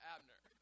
Abner